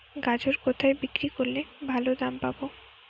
গাজর কোথায় বিক্রি করলে ভালো দাম পাব?